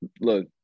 look